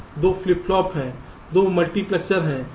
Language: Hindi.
2 फ्लिप फ्लॉप हैं 2 मल्टीप्लेक्सर हैं